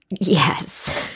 Yes